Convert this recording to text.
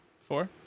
Four